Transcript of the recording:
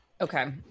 Okay